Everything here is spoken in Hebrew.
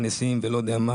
אחנה אותו.